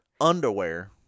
underwear